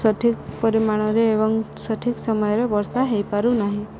ସଠିକ୍ ପରିମାଣରେ ଏବଂ ସଠିକ୍ ସମୟରେ ବର୍ଷା ହୋଇପାରୁନାହିଁ